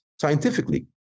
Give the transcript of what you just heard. scientifically